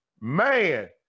Man